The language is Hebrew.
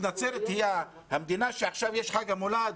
עכשיו חג המולד,